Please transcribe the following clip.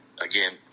again